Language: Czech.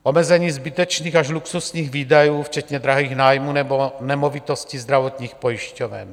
Omezení zbytečných až luxusních výdajů včetně drahých nájmů nebo nemovitostí zdravotních pojišťoven.